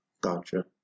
Gotcha